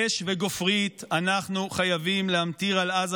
אש וגופרית אנחנו חייבים להמטיר על עזה